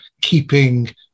keeping